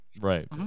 Right